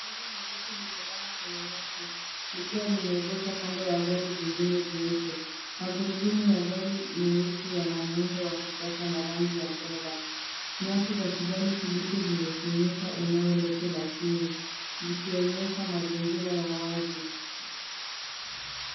Gari nyeusi limelala kwenye nyasi likiwa limeegeshwa kando ya gari jingine jeupe. Maguruduma ya gari nyeusi yana muundo wa kisasa na rangi ya fedha. Nyasi za kijani kibichi zimefunika eneo lote la chini likionyesha mazingira ya wazi.